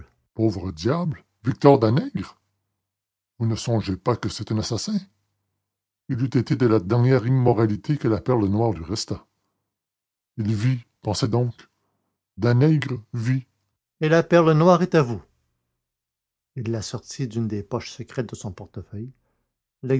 pauvre diable victor danègre vous ne songez pas que c'est un assassin il eût été de la dernière immoralité que la perle noire lui restât il vit pensez donc danègre vit et la perle noire est à vous il la sortit d'une des poches secrètes de son portefeuille